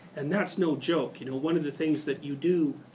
and that's no joke. you know, one of the things that you do